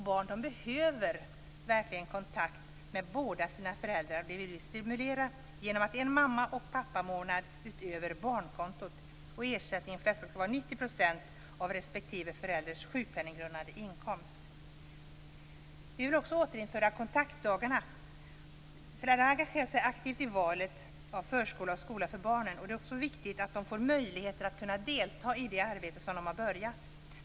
Barn behöver verkligen kontakt med båda sina föräldrar och det vill vi stimulera genom en mamma och pappamånad utöver barnkontot. Ersättningen skall vara 90 % av respektive förälders sjukpenninggrundande inkomst. Vidare vill vi återinföra kontaktdagarna. Det handlar om att föräldrarna aktivt engagerar sig i valet av förskola och skola för barnen. Det är viktigt att de får möjligheter att delta i och engagera sig i sina barns skolgång.